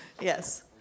yes